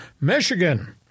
Michigan